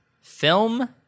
film